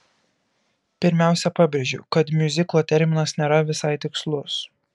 pirmiausia pabrėžiu kad miuziklo terminas nėra visai tikslus